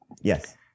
Yes